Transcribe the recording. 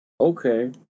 Okay